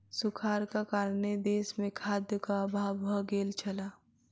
सूखाड़क कारणेँ देस मे खाद्यक अभाव भ गेल छल